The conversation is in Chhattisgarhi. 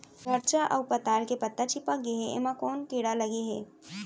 मरचा अऊ पताल के पत्ता चिपक गे हे, एमा कोन कीड़ा लगे है?